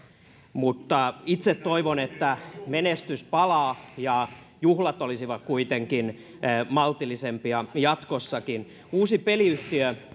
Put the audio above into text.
mutta itse toivon että menestys palaa ja juhlat olisivat kuitenkin maltillisempia jatkossakin uusi peliyhtiö